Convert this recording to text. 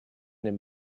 dem